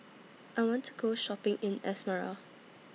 I want to Go Shopping in Asmara